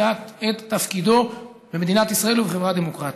את תפקידו במדינת ישראל ובחברה דמוקרטית.